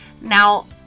Now